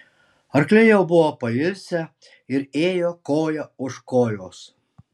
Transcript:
arkliai jau buvo pailsę ir ėjo koja už kojos